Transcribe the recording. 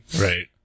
Right